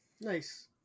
Nice